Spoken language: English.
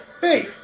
Hey